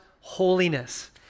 holiness